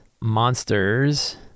monsters